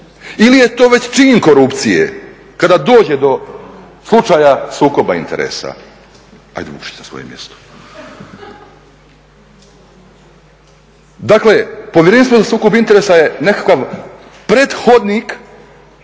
Ili je to već čin korupcije kada dođe do slučaja sukoba interesa? Dakle, Povjerenstvo za sukob interesa je nekakav prethodnik